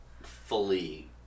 fully